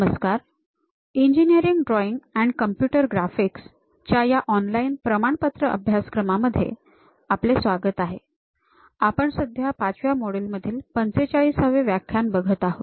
नमस्कार engineering drawing and computer graphics च्या या ऑनलाईन प्रमाणपत्र अभ्यासक्रमामध्ये आपले स्वागत आहे आपण सध्या पाचव्या मोड्यूल मधील 45 वे व्याख्यान बघत आहोत